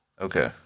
Okay